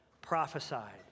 prophesied